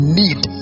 need